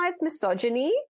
misogyny